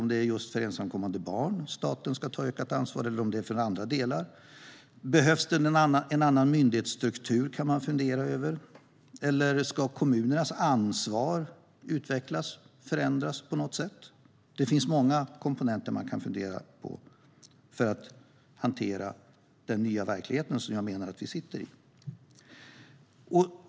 Är det just för ensamkommande barn staten ska ta ett ökat ansvar eller är det för andra delar? Behövs det en annan myndighetsstruktur? Ska kommunernas ansvar utvecklas och förändras på något sätt? Det finns många komponenter att fundera på när det gäller att hantera den nya verklighet som jag menar att vi befinner oss i.